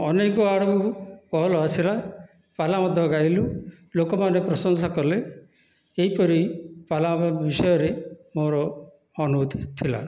ଅନେକ ଆଡ଼ୁ କଲ ଆସିଲା ପାଲା ମଧ୍ୟ ଗାଇଲୁ ଲୋକ ମାନେ ପ୍ରଂଶସା କଲେ ଏହିପରି ପାଲା ବିଷୟରେ ମୋ'ର ଅନୁଭୁତି ଥିଲା